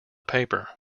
paper